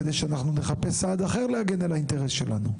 כדי שאנחנו נחפש סעד אחד להגן על האינטרס שלנו.